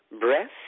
breast